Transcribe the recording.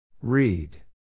Read